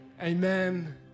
Amen